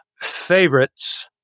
favorites